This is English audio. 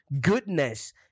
goodness